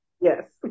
yes